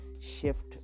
shift